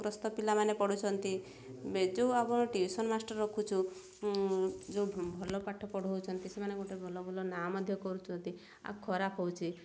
ଚାପଗ୍ରସ୍ତ ପିଲାମାନେ ପଢ଼ୁଛନ୍ତି ଯେଉଁ ଆପଣ ଟିଉସନ୍ ମାଷ୍ଟର ରଖୁଛୁ ଯେଉଁ ଭଲ ପାଠ ପଢ଼ଉଛନ୍ତି ସେମାନେ ଗୋଟେ ଭଲ ଭଲ ନାଁ ମଧ୍ୟ କରୁଛନ୍ତି ଆଉ ଖରାପ ହଉଛି